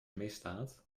misdaad